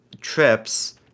trips